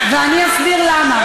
ואני אסביר למה.